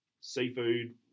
Seafood